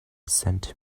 sent